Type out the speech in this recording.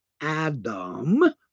Adam